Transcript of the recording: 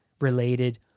related